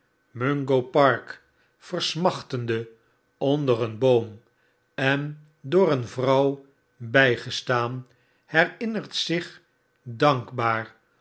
mungo park versmachtende onder een boom en door een vrouw bggestaan herinnert zich dankbaar